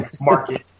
market